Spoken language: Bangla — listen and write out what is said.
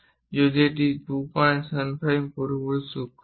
যদি এটি 275 পুরোপুরি সূক্ষ্ম হয়